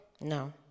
No